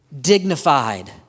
Dignified